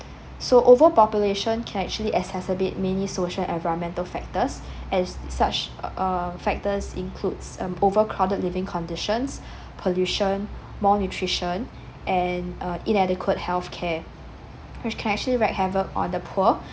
so overpopulation can actually many social environmental factors as such err factors includes um overcrowded living conditions pollution malnutrition and uh inadequate healthcare which can actually wreck havoc on the poor